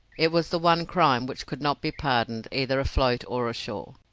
it was the one crime which could not be pardoned either afloat or ashore.